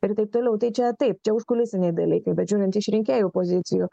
ir taip toliau tai čia taip čia užkulisiniai dalykai bet žiūrint iš rinkėjų pozicijų